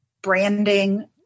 branding